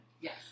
yes